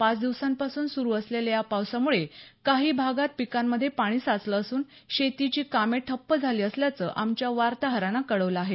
पाच दिवसांपासून सुरु असलेल्या या पावसामुळे काही भागात पिकांमध्ये पाणी साचलं असून शेतीची कामे ठप्प झाली असल्याचं आमच्या वार्ताहरानं कळवलं आहे